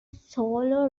solo